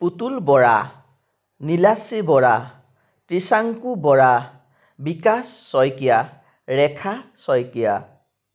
Putul Bora Nilashree Bora Trishanku Bora Bikash Saikia Rekha Saikia